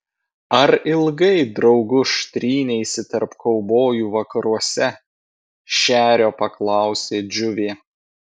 ar ilgai drauguž tryneisi tarp kaubojų vakaruose šerio paklausė džiuvė